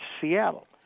Seattle